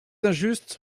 injuste